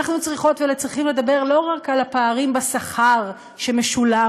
אנחנו צריכות וצריכים לדבר לא רק על הפערים בשכר שמשולם